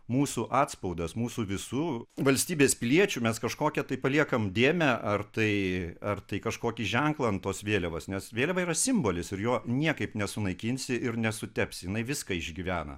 mūsų atspaudas mūsų visų valstybės piliečių mes kažkokią tai paliekam dėmę ar tai ar tai kažkokį ženklą ant tos vėliavos nes vėliava yra simbolis ir jo niekaip nesunaikinsi ir nesutepsi jinai viską išgyvena